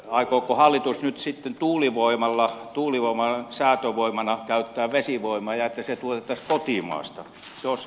aikooko hallitus nyt sitten tuulivoiman säätövoimana käyttää vesivoimaa jota tuotettaisiin kotimaassa